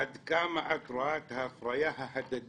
עד כמה את רואה את ההפרייה ההדדית